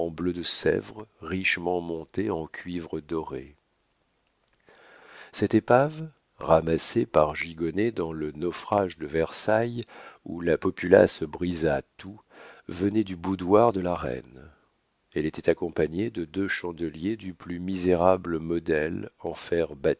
bleu de sèvres richement montés en cuivre doré cette épave ramassée par gigonnet dans le naufrage de versailles où la populace brisa tout venait du boudoir de la reine elle était accompagnée de deux chandeliers du plus misérable modèle